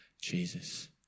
Jesus